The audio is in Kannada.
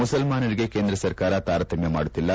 ಮುಸಲ್ಮಾನರಿಗೆ ಕೇಂದ್ರ ಸರ್ಕಾರ ತಾರತಮ್ಮ ಮಾಡುತ್ತಿಲ್ಲ